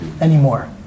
anymore